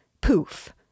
Poof